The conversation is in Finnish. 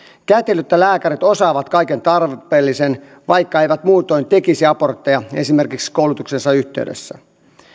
kätilöt ja lääkärit osaavat kaiken tarpeellisen vaikka eivät muutoin tekisi abortteja esimerkiksi koulutuksensa yhteydessä